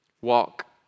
walk